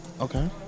Okay